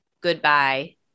Goodbye